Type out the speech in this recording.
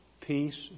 peace